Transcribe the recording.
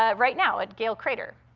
ah right now at gale crater.